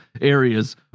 areas